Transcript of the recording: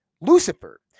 Lucifer